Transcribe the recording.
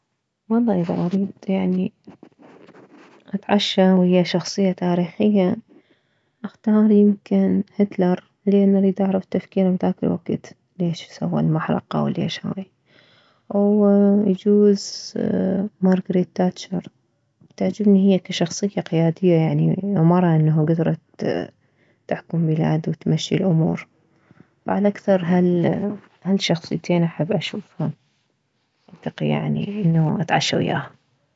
والله اذا اريد يعني اتعشى ويه شخصية تاريخية اختار يمكن هتلر لان اريد اعرف تفكيره بذاك الوكت ليش سوه المحرقة وليش هاي ويجوز مارغريت تاتشر تعجبني هي كشخصية قيادية يعني انه مره انه كدرت تحكم بلاد وتمشي الامور فعل اكثر هالشخصيتين احب اشوفها صدق يعني انه اتعشى وياها